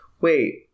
wait